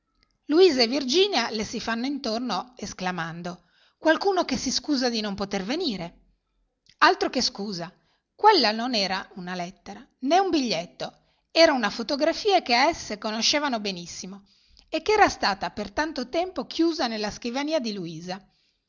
luisa e virginia le si fanno attorno esclamando qualcuno che si scusa di non poter venire altro che scusa quella non era una lettera né un biglietto era una fotografia che esse conoscevano benissimo e che era stata per tanto tempo chiusa nella scrivania di luisa